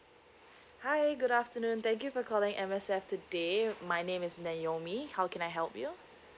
hi good afternoon thank you for calling M_S_F today my name is naomi how can I help you